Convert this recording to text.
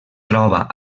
troba